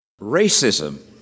Racism